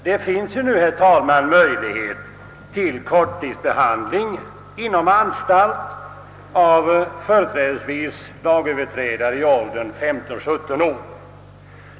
Det finns nu, herr talman, möjlighet till korttidsbehandling inom anstalt av företrädesvis lagöverträdare i åldern 15—17 år.